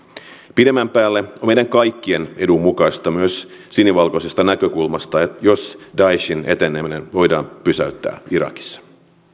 pidemmän päälle on meidän kaikkien edun mukaista myös sinivalkoisesta näkökulmasta jos daeshin eteneminen voidaan pysäyttää irakissa